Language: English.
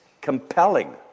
compelling